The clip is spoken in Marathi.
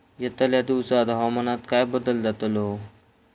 यतल्या दिवसात हवामानात काय बदल जातलो?